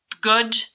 good